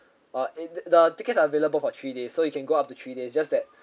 uh and the the tickets are available for three days so you can go up to three days just that